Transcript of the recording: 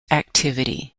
activity